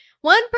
One